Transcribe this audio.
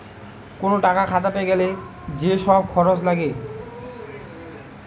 কোন টাকা খাটাতে গ্যালে যে সব খরচ লাগে